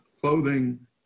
clothing